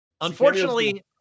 unfortunately